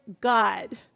God